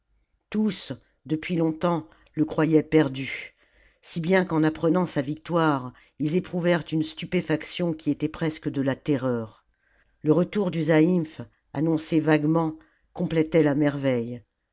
tous depuis longtemps le croyaient perdu si bien qu'en apprenant sa victoire ils éprou vèrent une stupéfaction qui était presque de la terreur le retour du zaïmph annoncé vaguement complétait la merveille